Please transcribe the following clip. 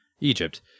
Egypt